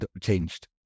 changed